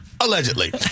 Allegedly